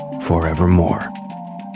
forevermore